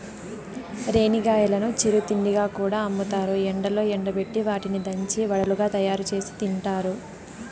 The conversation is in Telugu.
రేణిగాయాలను చిరు తిండిగా కూడా అమ్ముతారు, ఎండలో ఎండబెట్టి వాటిని దంచి వడలుగా తయారుచేసి తింటారు